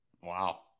Wow